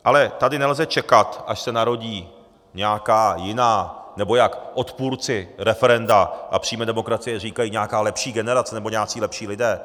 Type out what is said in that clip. Ale tady nelze čekat, až se narodí nějaká jiná, nebo jak odpůrci referenda a přímé demokracie říkají, nějaká lepší generace nebo nějací lepší lidé.